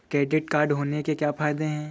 Credit card होने के क्या फायदे हैं?